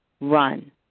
run